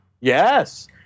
Yes